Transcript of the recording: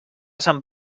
sant